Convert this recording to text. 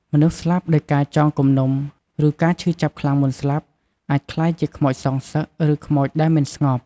មនុស្សស្លាប់ដោយការចងគំនុំ ឬការឈឺចាប់ខ្លាំងមុនស្លាប់ អាចក្លាយជាខ្មោចសងសឹក ឬខ្មោចដែលមិនស្ងប់។